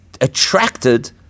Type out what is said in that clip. attracted